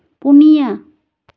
ᱯᱩᱱᱭᱟ